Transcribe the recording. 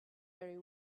very